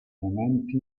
elementi